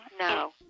No